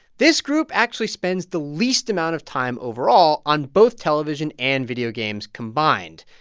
this group actually spends the least amount of time overall on both television and video games combined.